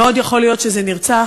מאוד יכול להיות שזה נרצח.